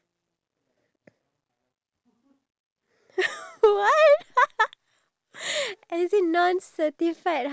and then some more [what] okay what about the foods foods that both of us have tried before for the first time I know one is jollibee